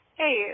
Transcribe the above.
hey